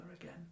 again